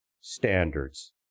standards